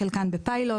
חלקן בפיילוט.